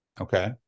Okay